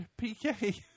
PK